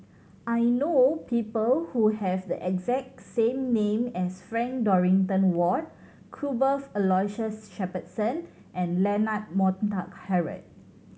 I know people who have the exact same name as Frank Dorrington Ward Cuthbert Aloysius Shepherdson and Leonard Montague Harrod